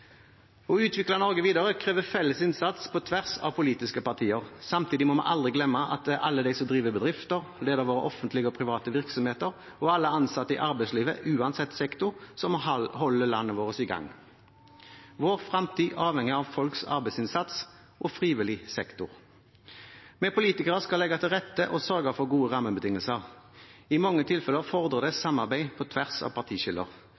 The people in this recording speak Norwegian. Å utvikle Norge videre krever felles innsats på tvers av politiske partier. Samtidig må vi aldri glemme alle dem som driver bedrifter, alle dem som leder våre offentlige og private virksomheter, og alle ansatte i arbeidslivet, uansett sektor, som holder landet vårt i gang. Vår framtid er avhengig av folks arbeidsinnsats og frivillig sektor. Vi politikere skal legge til rette og sørge for gode rammebetingelser. I mange tilfeller fordrer det samarbeid på tvers av partiskiller.